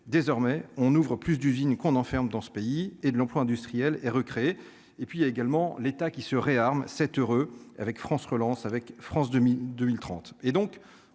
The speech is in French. désormais on ouvre plus d'usines qu'on enferme dans ce pays et de l'emploi industriel et recréer, et puis il y a également l'État qui se réarme 7 heures avec France relance avec France 2000